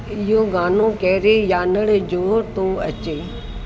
इहो गानो कहिड़े यानर जो थो अचे